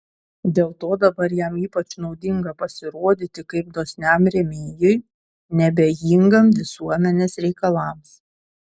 dėl to dabar jam ypač naudinga pasirodyti kaip dosniam rėmėjui neabejingam visuomenės reikalams